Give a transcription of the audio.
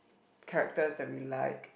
characters they like